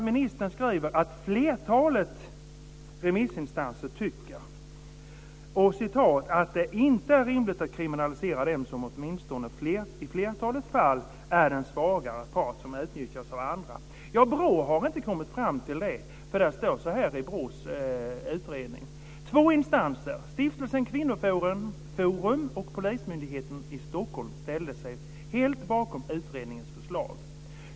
Ministern skriver att flertalet remissinstanser tycker "att det inte är rimligt att kriminalisera den som, åtminstone i flertalet fall, är den svagare part som utnyttjas av andra." BRÅ har inte kommit fram till det. Det står så här i BRÅ:s utredning: Två instanser, Stiftelsen kvinnoforum och Polismyndigheten i Stockholm ställde sig helt bakom utredningens förslag.